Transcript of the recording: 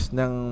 ng